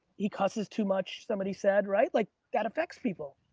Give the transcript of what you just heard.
he curses too much. somebody said, right? like that affects people.